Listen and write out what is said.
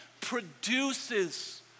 produces